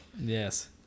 Yes